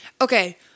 Okay